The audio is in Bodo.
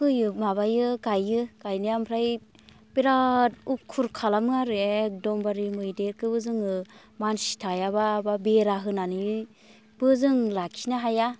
फोयो माबायो गायो गायनाया ओमफ्राय बिराद उख्खुर खालामो आरो एगदमबारे मैदेरखौबो जोङो मानसि थायाबा बा बेरा होनानैबो जों लाखिनो हाया